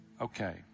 Okay